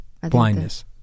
Blindness